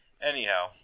Anyhow